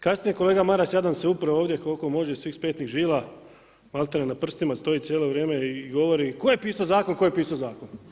Kasnije kolega Maras jadan se upro ovdje koliko može iz svih petnih žila, maltene na prstima stoji cijelo vrijeme i govori, tko je pisao zakon, tko je pisao zakon.